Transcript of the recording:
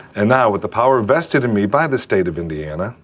and now, with the power vested in me by the state of indiana,